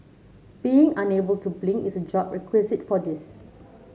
being unable to blink is a job requisite for this